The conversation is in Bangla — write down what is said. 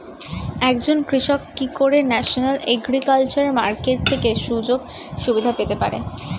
একজন কৃষক কি করে ন্যাশনাল এগ্রিকালচার মার্কেট থেকে সুযোগ সুবিধা পেতে পারে?